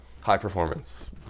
High-performance